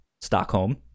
Stockholm